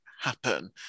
happen